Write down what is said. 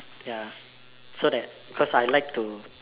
ya so that cause I like to